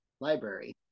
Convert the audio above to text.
library